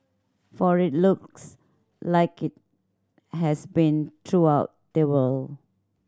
for it looks like it has been throughout the world